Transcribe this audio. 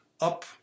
up